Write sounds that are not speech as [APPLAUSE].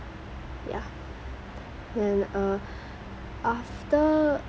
ya and uh [BREATH] after